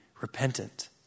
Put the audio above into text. repentant